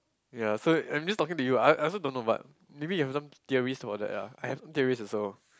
ya so I'm just talking to you I I also don't know but maybe you have some theories about that ya I have some theories also